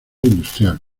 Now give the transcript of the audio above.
industrial